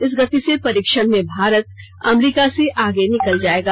इस गति से परीक्षण में भारत अमरीका से आगे निकल जाएगा